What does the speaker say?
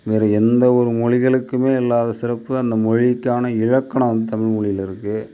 வேறு எந்த ஒரு மொழிகளுக்குமே இல்லாத சிறப்பு அந்த மொழிக்கான இலக்கணம் வந்து தமிழ்மொழியில் இருக்கு